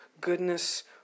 goodness